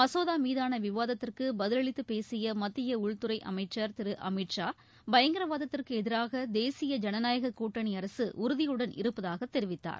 மசோதா மீதான விவாதத்திற்கு பதிலளித்துப் பேசிய மத்திய உள்துறை அமைச்சர் திரு அமித் ஷா பயங்கரவாதத்திற்கு எதிராக தேசிய ஜனநாயக கூட்டணி அரசு உறுதியுடன் இருப்பதாகத் தெரிவித்தார்